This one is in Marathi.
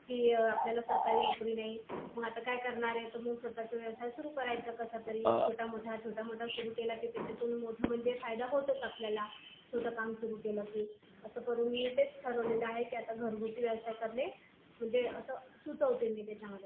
की आपल्याला सरकारी नोकरी नाही मग आता काय करणार आहे तर मग स्वतःचा व्यवसाय सुरु करायचं कसातरी छोटामोठा छोटामोठा सुरु केला की त्याच्यातून मोठं म्हणजे फायदा होतोच आपल्याला छोटं काम सुरु केलं की असं करून की मी तेच ठरवलेलं आहे की आता घरगुती व्यवसाय करणे म्हणजे असं मी सुचवते त्याच्यामध्ये